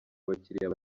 abakiriya